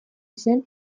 zen